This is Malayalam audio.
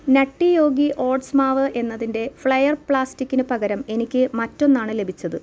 നട്ടി യോഗി ഓട്സ് മാവ് എന്നതിന്റെ ഫ്ലെയർ പ്ലാസ്റ്റിക്കിന് പകരം എനിക്ക് മറ്റൊന്നാണ് ലഭിച്ചത്